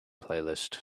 playlist